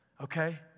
Okay